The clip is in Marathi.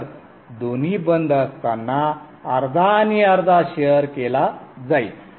तर दोन्ही बंद असताना अर्धा आणि अर्धा शेअर केला जाईल